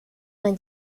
vingt